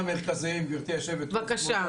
הצמתים המרכזיים גבירתי יושבת הראש,